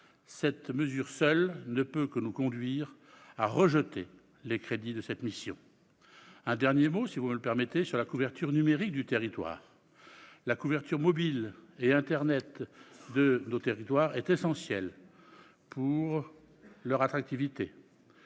cette seule mesure nous conduit à rejeter les crédits de cette mission. Pour finir, je dirai un mot, si vous me le permettez, sur la couverture numérique du territoire. La couverture mobile et internet de nos territoires est essentielle à leur attractivité.